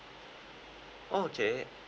okay